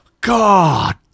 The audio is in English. God